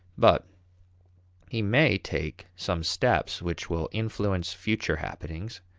but he may take some steps which will influence future happenings,